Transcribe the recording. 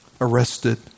arrested